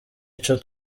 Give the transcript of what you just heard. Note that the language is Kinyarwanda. ico